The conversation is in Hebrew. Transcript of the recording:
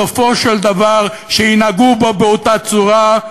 סופו של דבר שינהגו בו באותה צורה,